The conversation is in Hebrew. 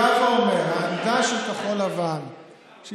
העמדה של כחול לבן היא,